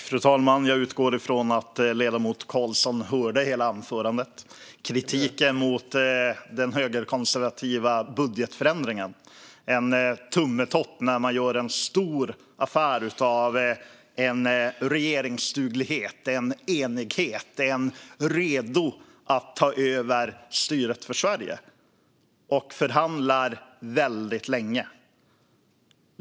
Fru talman! Jag utgår från att ledamoten Carlson hörde hela anförandet. Jag kom med kritik mot den högerkonservativa budgetförändringen. Ja, det är en tummetott. Man gör en stor affär av en regeringsduglighet och enighet. Man säger att man är redo att ta över styret av Sverige, men förhandlar väldigt länge.